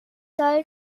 soll